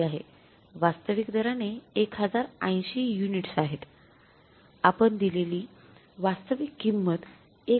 वास्तविक दराने १०८० युनिट्स आहेतआपण दिलेली वास्तविक किंमत 1